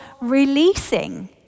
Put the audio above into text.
releasing